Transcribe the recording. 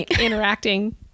interacting